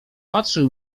patrzył